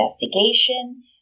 investigation